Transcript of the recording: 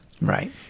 Right